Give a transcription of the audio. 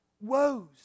woes